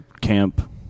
camp